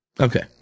Okay